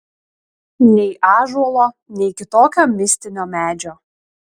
nei ąžuolo nei kitokio mistinio medžio